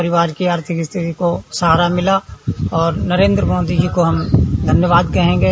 परिवार की आर्थिक स्थिति को बहुत सहारा मिला और नरेन्द्र मोदी जी को धन्यवाद कहेंगे